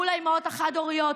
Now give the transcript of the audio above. מול האימהות החד-הוריות,